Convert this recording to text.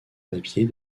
papier